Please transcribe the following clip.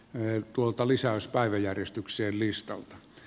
ei tuota lisäys päiväjärjestykseen listalta